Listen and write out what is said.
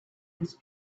this